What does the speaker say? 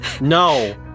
No